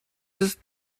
ist